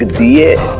fear